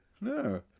No